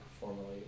formerly